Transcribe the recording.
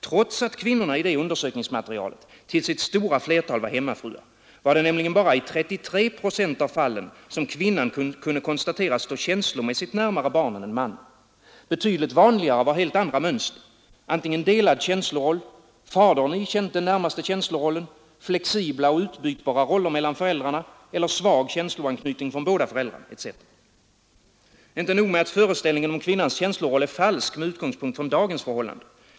Trots att kvinnorna i undersökningsmaterialet till sitt stora flertal var hemmafruar var det bara i 33 procent av fallen som kvinnan kunde konstateras stå känslomässigt närmare barnen än mannen. Betydligt vanligare var andra mönster: delad känsloroll, fadern i känsloroll, flexibla och utbytbara roller mellan föräldrarna eller svag känsloanknytning från båda föräldrarna, etc. Och inte nog med att föreställningen om kvinnans känsloroll är falsk med utgångspunkt från dagens förhållanden.